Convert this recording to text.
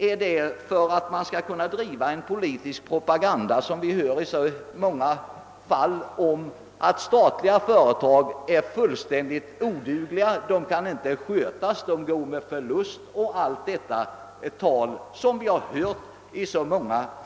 Är avsikten att man skall kunna driva denna politiska propaganda som vi hör i så många olika sammanhang — att de statliga företagen inte sköts, att de går med förlust o.s. v.?